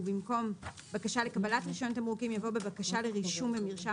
ובמקום "בבקשה לקבלת רישיון תמרוקים" יבוא "בבקשה לרישום במרשם